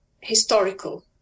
historical